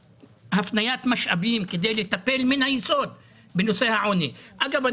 הפניית משאבים כדי לטפל מן היסוד בנושא העוני אגב,